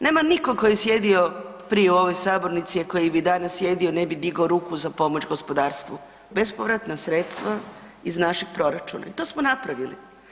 Nema nitko tko je sjedio prije u ovoj sabornici, a koji bi danas sjedio, ne bi digao ruku za pomoć gospodarstvu, bespovratna sredstva iz našeg proračuna i to smo napravili.